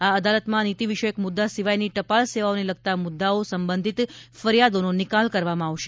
આ અદાલતમાં નીતિ વિષયક મુદ્દા સિવાયની ટપાલ સેવાઓને લગતા મુદ્દાઓ સંબંધિત ફરિયાદોનો નિકાલ કરવામાં આવશે